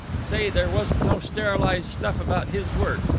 say, there wasn't no sterilized stuff about his work.